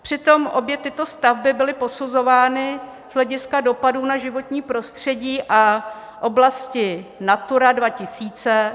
Přitom obě tyto stavby byly posuzovány z hlediska dopadů na životní prostředí a oblasti NATURA 2000